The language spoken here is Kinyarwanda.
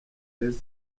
heza